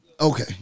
Okay